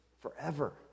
forever